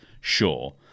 sure